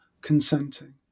consenting